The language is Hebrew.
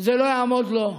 זה לא יעמוד לו.